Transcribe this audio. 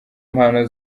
mpano